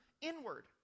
inward